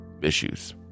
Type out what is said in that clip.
issues